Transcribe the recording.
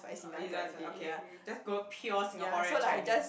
oh you don't wanna say okay you just go pure Singapore and Chinese